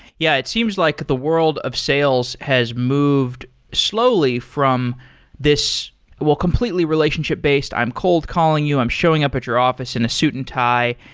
yeah, it seems like the world of sales has moved slowly from this well, completely relationship-based. i'm cold calling you. i'm showing up at your office in a suit and tie.